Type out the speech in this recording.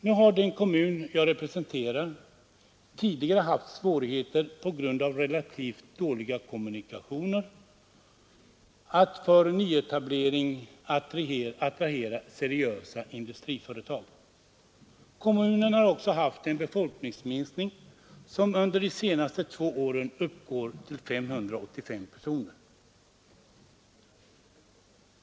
Nu har den kommun jag representerar tidigare haft svårigheter på grund av relativt dåliga kommunikationer att för nyetablering attrahera seriösa industriföretag. Kommunen har också haft en befolkningsminskning, som under de senaste två åren uppgår till 585 personer.